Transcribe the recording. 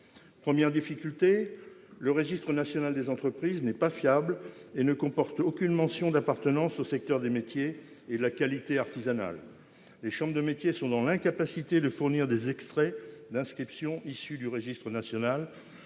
Première difficulté, le registre national des entreprises n'est pas fiable et ne comporte aucune mention d'appartenance au secteur des métiers et de la qualité artisanale. Les chambres de métiers et de l'artisanat (CMA) sont dans l'incapacité de fournir des extraits d'inscription issus du registre national,